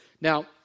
Now